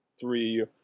three